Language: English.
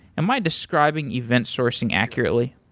am i describing event sourcing accurately?